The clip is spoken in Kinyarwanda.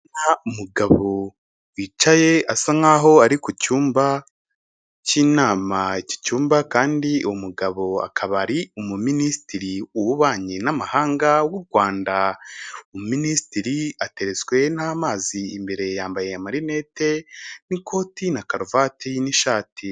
Umugabo wicaye asa nkaho ari ku cyumba cy' inama, iki cyumba kandi umugabo akaba ari umuminisitiri w'ububanyi n'amahanga w'u Rwanda, uminisitiri atetswe n'amazi, imbere yambaye amarineti n'ikoti na karuvati n'ishati.